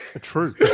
True